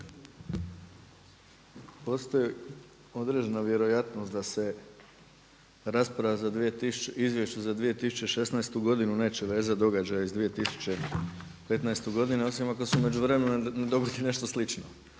Postoji određena vjerojatnost da se rasprava, izvješće za 2016. godinu neće vezati događaje iz 2015. godine osim ako se u međuvremenu ne dogodi nešto slično,